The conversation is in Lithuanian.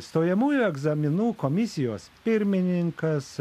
stojamųjų egzaminų komisijos pirmininkas